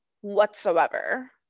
whatsoever